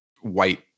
white